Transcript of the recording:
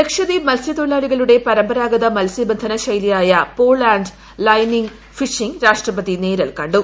ലക്ഷദ്വീപ് മത്സ്യതൊഴിലാളികളുടെ പരമ്പരാഗത മത്സ്യബന്ധന ശൈലിയായ പോൾ ആന്റ് ലൈനിങ്ങ് ഫിഷിംങ്ങ് രാഷ്ട്രപതി നേരിൽ കണ്ടു